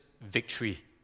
victory